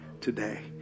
today